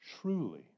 Truly